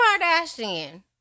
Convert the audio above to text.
Kardashian